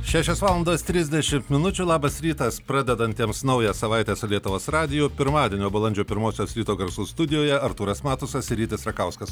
šešios valandos trisdešimt minučių labas rytas pradedantiems naują savaitę su lietuvos radiju pirmadienio balandžio pirmosios ryto garsų studijoje artūras matusas ir rytis rakauskas